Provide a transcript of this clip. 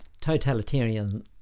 totalitarian